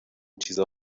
چیزا